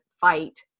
fight